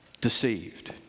deceived